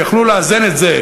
היו יכולים לאזן את זה,